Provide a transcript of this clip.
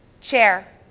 chair